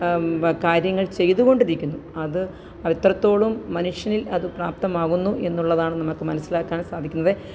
കാര്യങ്ങള് ചെയ്തു കൊണ്ടിരിക്കുന്നു അത് അത്രത്തോളം മനുഷ്യനില് അത് പ്രാപ്തമാകുന്നു എന്നുള്ളതാണ് നമുക്ക് മനസ്സിലാക്കാന് സാധിക്കുന്നത്